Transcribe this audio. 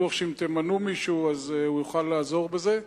בטוח שאם תמנו מישהו, הוא יוכל לעזור בזה.